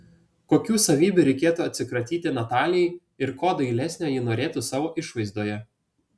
kokių savybių reikėtų atsikratyti natalijai ir ko dailesnio ji norėtų savo išvaizdoje